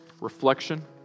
reflection